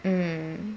mm